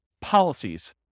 policies